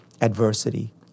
adversity